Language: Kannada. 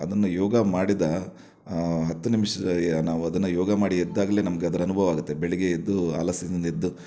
ಅದನ್ನು ಯೋಗ ಮಾಡಿದ ಹತ್ತು ನಿಮಿಷದ ಯ ನಾವು ಅದನ್ನು ಯೋಗ ಮಾಡಿ ಎದ್ದಾಗಲೇ ನಮ್ಗೆ ಅದ್ರ ಅನುಭವ ಆಗುತ್ತೆ ಬೆಳಿಗ್ಗೆ ಎದ್ದು ಆಲಸ್ಯದಿಂದ ಎದ್ದು